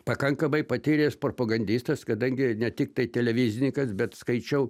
pakankamai patyręs propagandistas kadangi ne tiktai televizininkas bet skaičiau